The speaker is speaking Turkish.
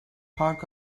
park